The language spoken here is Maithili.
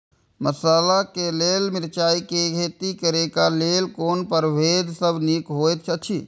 मसाला के लेल मिरचाई के खेती करे क लेल कोन परभेद सब निक होयत अछि?